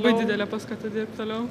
labai didelė paskata dirbt toliau